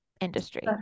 industry